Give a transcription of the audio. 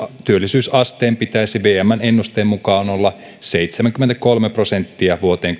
työllisyysasteen pitäisi vmn ennusteen mukaan olla seitsemänkymmentäkolme prosenttia vuoteen